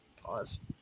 Pause